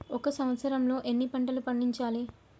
ఒక సంవత్సరంలో ఎన్ని పంటలు పండించాలే?